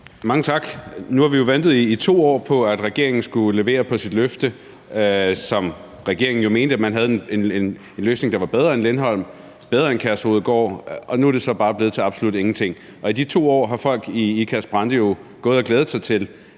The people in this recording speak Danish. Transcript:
Mange tak. Nu har vi jo ventet i 2 år på, at regeringen skulle levere på sit løfte. Regeringen mente jo, at man havde en løsning, der var bedre end Lindholm, bedre end Kærshovedgård – og nu er det så bare blevet til absolut ingenting. I de 2 år har folk i Ikast-Brande Kommune jo gået og glædet sig til,